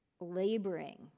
laboring